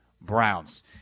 Browns